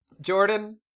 Jordan